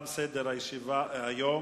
ועדת הכנסת קבעה בישיבתה היום